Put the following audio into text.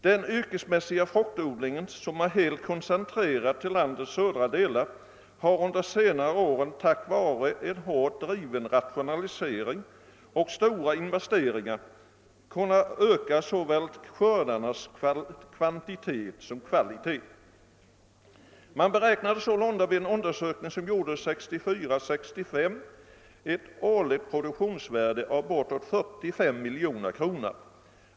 Den yrkesmässiga fruktodlingen, som är helt koncentrerad till landets södra delar, har under senare år tack vare en hårt driven rationalisering och stora investeringar kunnat öka såväl skördarnas kvantitet som deras kvalitet. Man beräknade sålunda vid en undersökning som gjordes 1964—1965 att det årliga produktionsvärdet uppgick till bortåt 45 miljoner kronor.